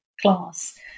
class